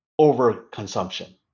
overconsumption